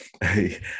Hey